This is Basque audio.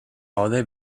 gaude